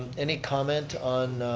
any comment on,